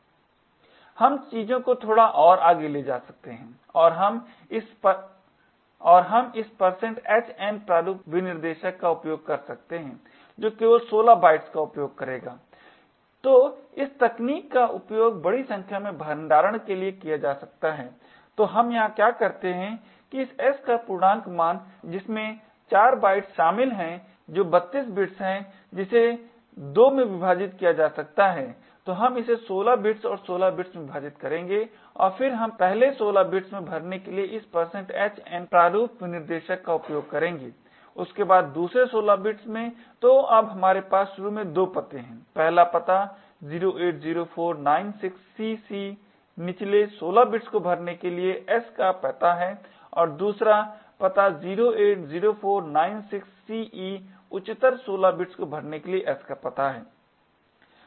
slide समय देखें 2300 हम चीजों को थोड़ा और आगे ले जा सकते हैं और हम इस hn प्रारूप विनिर्देशक का उपयोग कर सकते हैं जो केवल 16 बिट्स का उपयोग करेगा तो इस तकनीक का उपयोग बड़ी संख्या में भंडारण करने के लिए किया जा सकता है तो हम यहां क्या करते हैं कि इस s का पूर्णांक मान जिसमें 4 बाइट्स शामिल हैं जो 32 बिट्स है जिसे 2 में विभाजित किया जा सकता है तो हम इसे 16 बिट्स और 16 बिट्स में विभाजित करेंगे और फिर हम पहले 16 बिट्स में भरने के लिए इस hn प्रारूप विनिर्देशक का उपयोग करेंगे उसके बाद दूसरे 16 बिट्स में तो अब हमारे पास शुरू में 2 पते हैं पहला पता 080496CC निचले 16 बिट्स को भण्डार करने के लिए s का पता है और दूसरा पता 080496CE उच्चतर 16 बिट्स को भण्डार करने के लिए s का पता है